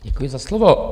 Děkuji za slovo.